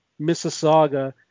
Mississauga